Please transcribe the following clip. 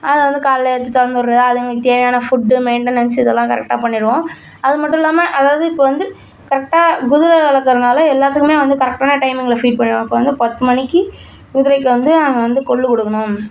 அதை வந்து காலையில் ஏந்ச்சி திறந்து விடுறது அதுங்களுக்கு தேவையான ஃபுட்டு மெயின்டெனன்ஸ் இதெல்லாம் கரெக்டாக பண்ணிடுவோம் அது மட்டும் இல்லாமல் அதாவது இப்போது வந்து கரெக்டாக குதிரை வளக்குறதுனால எல்லோத்துக்குமே வந்து கரெக்டான டைமிங்கில் ஃபீட் பண்ணிடுவோம் இப்போ வந்து பத்து மணிக்கு குதிரைக்கு வந்து அங்கே வந்து கொள்ளு கொடுக்கணும்